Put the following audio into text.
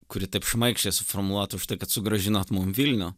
kuri taip šmaikščiai suformuota už tai kad sugrąžinot mum vilnių